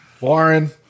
Warren